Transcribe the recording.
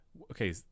okay